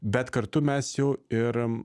bet kartu mes jau ir